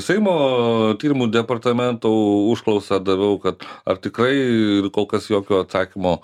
seimo tyrimų departamento užklausą daviau kad ar tikrai kol kas jokio atsakymo